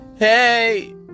Hey